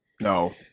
no